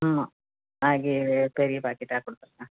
ஆமாம் மேஹி பெரிய பாக்கெட்டாக கொடுத்துடுங்க